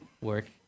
work